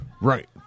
Right